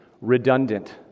redundant